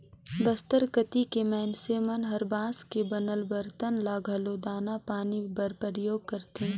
बस्तर कति के मइनसे मन हर बांस के बनल बरतन ल घलो दाना पानी बर परियोग करथे